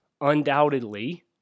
undoubtedly